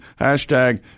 hashtag